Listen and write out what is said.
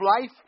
life